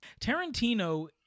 tarantino